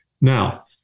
Now